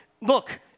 Look